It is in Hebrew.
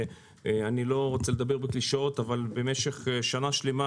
אני לא רוצה לדבר בקלישאות אבל במשך שנה שלמה,